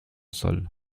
sol